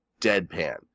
deadpan